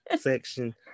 section